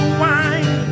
wine